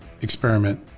experiment